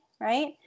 right